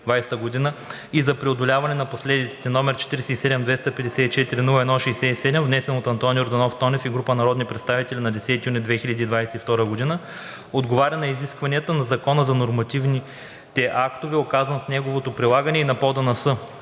и за преодоляване на последиците, № 47-254-01-67, внесен от Антон Йорданов Тонев и група народни представители на 10 юни 2022 г., отговаря на изискванията на Закона за нормативните актове, указа за неговото прилагане и на Правилника